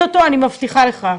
אני מבטיחה לך.